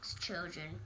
children